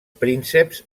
prínceps